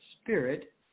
Spirit